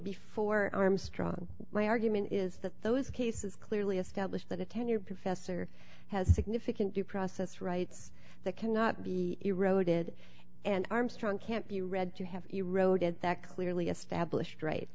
before armstrong my argument is that those cases clearly establish that a tenured professor has significant due process rights that cannot be eroded and armstrong can't be read to have eroded that clearly established right